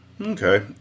Okay